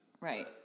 Right